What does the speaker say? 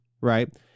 right